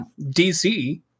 dc